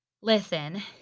listen